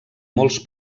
molts